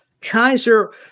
Kaiser